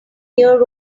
year